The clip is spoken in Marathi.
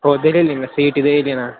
हो दिलेली ना सी ई टी दिलेली ना